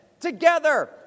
together